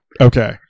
Okay